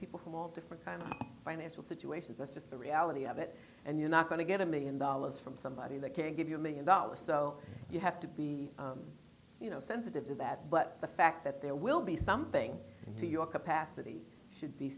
people from all different kind of financial situations that's just the reality of it and you're not going to get a one million dollars from somebody that can give you a one million dollars so you have to be you know sensitive to that but the fact that there will be something to your capacity should be